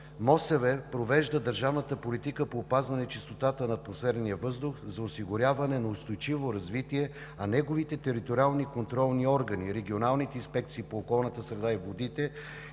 водите провежда държавната политика по опазване чистотата на атмосферния въздух за осигуряване на устойчиво развитие, а неговите териториални контролни органи – регионалните инспекции по околната среда и водите,